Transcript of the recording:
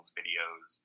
videos